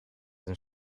hun